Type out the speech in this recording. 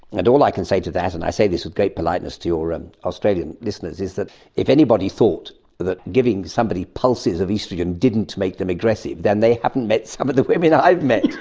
and all i can say to that, and i say this with great politeness to your um australian listeners, is that if anybody thought that giving somebody pulses of oestrogen wouldn't make them aggressive, then they haven't met some of the women i have met.